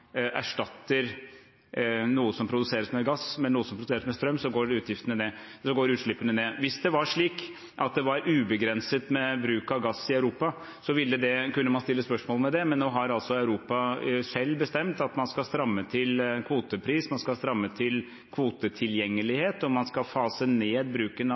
erstatter noe som produseres med gass med noe som produseres med strøm, så går utslippene ned. Hvis det var slik at det var ubegrenset med bruk av gass i Europa, ville man kunne stille spørsmål ved det. Men nå har altså Europa selv bestemt at man skal stramme til kvotepris, man skal stramme til kvotetilgjengelighet, og man skal fase ned bruken